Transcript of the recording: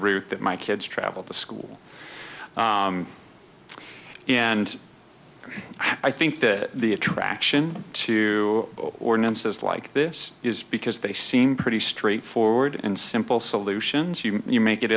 route that my kids travel to school and i think that the attraction to ordinances like this is because they seem pretty straightforward and simple solutions you can you make it